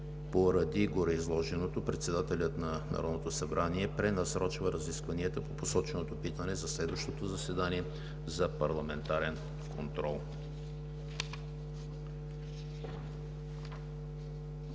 Поради гореизложеното председателят на Народното събрание пренасрочва разискванията по посоченото питане за следващото заседание за парламентарен контрол.